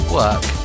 work